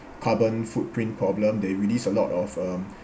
carbon footprint problem they released a lot of um